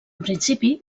principi